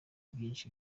byinshi